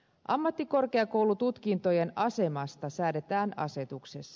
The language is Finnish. ammattikorkeakoulututkintojen asemasta säädetään asetuksessa